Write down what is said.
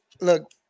Look